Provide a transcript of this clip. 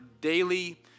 daily